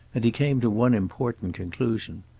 and he came to one important conclusion.